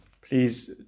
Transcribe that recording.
Please